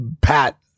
Pat